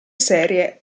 serie